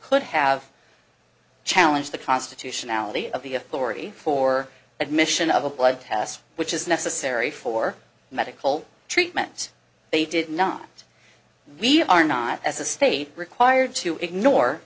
could have challenge the constitutionality of the authority for admission of a blood test which is necessary for medical treatment they did not we are not as a state required to ignore